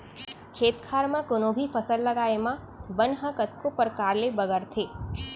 खेत खार म कोनों भी फसल लगाए म बन ह कतको परकार ले बगरथे